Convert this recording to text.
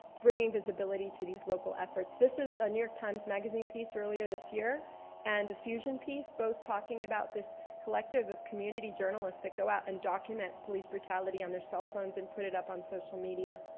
bringing visibility to these local efforts. this is a new york times magazine piece earlier this year and a fusion fusion piece, both talking about this collective of community journalists that go out, and document police brutality on their cell phones, and put it up on social media.